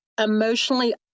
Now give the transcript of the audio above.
emotionally